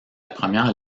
première